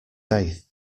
faith